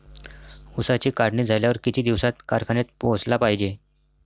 ऊसाची काढणी झाल्यावर किती दिवसात कारखान्यात पोहोचला पायजे?